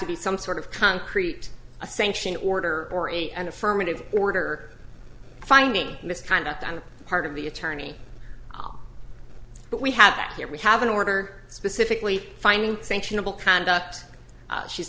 to be some sort of concrete a sanction order or a an affirmative order finding misconduct on the part of the attorney but we have that here we have an order specifically finding sanctionable conduct she's